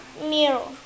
mirror